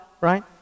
right